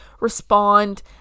respond